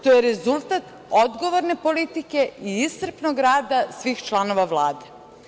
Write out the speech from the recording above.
To je rezultat odgovorne politike i iscrpnog rada svih članova Vlade.